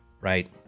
Right